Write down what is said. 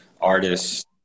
artists